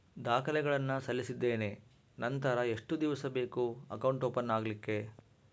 ದಾಖಲೆಗಳನ್ನು ಸಲ್ಲಿಸಿದ್ದೇನೆ ನಂತರ ಎಷ್ಟು ದಿವಸ ಬೇಕು ಅಕೌಂಟ್ ಓಪನ್ ಆಗಲಿಕ್ಕೆ?